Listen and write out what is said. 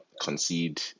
concede